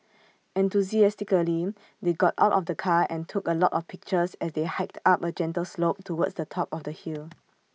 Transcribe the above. enthusiastically they got out of the car and took A lot of pictures as they hiked up A gentle slope towards the top of the hill